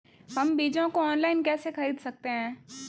हम बीजों को ऑनलाइन कैसे खरीद सकते हैं?